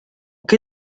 qué